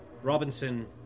Robinson